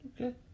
Okay